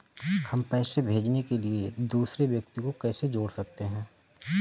हम पैसे भेजने के लिए दूसरे व्यक्ति को कैसे जोड़ सकते हैं?